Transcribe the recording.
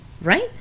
right